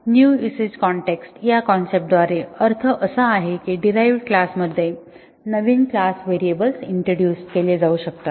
new usage context या concept द्वारे अर्थ असा आहे की डीरहाईवड क्लास मध्ये नवीन क्लास व्हेरिएबल्स इंट्रोड्यूस केले जाऊ शकतात